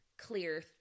clear